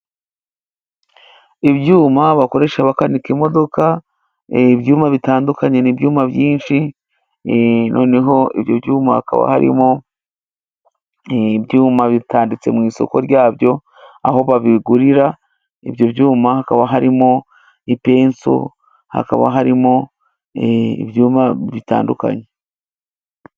Ibyuma bakoresha bakanika imodoka ibyuma bitandukanye ni ibyuma byinshi noneho ibyo byuma hakaba harimo ibyuma bitanditse mu isoko ryabyo aho babigurira. Ibyo byuma hakaba harimo ipenso, hakaba harimo ibyuma bitandukanye.